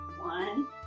One